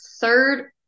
third